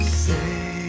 say